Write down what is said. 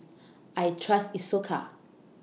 I Trust Isocal